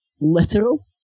literal